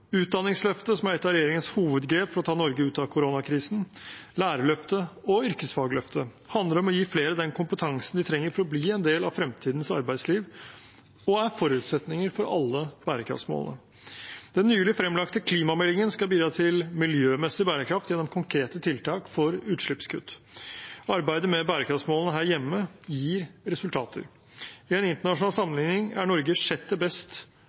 Utdanningsløftet, som er et av regjeringens hovedgrep for å ta Norge ut av koronakrisen, lærerløftet og yrkesfagløftet handler om å gi flere den kompetansen de trenger for å bli en del av fremtidens arbeidsliv, og er forutsetninger for alle bærekraftsmålene. Den nylig fremlagte klimameldingen skal bidra til miljømessig bærekraft gjennom konkrete tiltak for utslippskutt. Arbeidet med bærekraftsmålene her hjemme gir resultater. I en internasjonal sammenligning er Norge sjette best